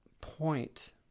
point